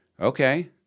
Okay